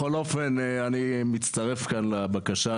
בכל אופן אני מצטרף כאן לבקשה,